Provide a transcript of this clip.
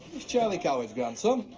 it's charlie coward's grandson.